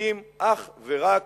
עוסקים אך ורק